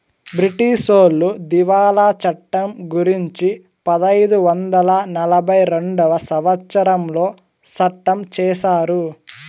బ్రిటీసోళ్లు దివాళా చట్టం గురుంచి పదైదు వందల నలభై రెండవ సంవచ్చరంలో సట్టం చేశారు